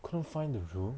couldn't find the room